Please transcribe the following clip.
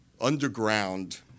underground